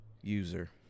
User